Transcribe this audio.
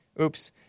oops